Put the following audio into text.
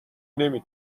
نمی